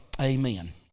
Amen